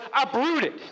uprooted